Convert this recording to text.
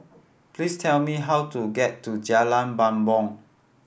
please tell me how to get to Jalan Bumbong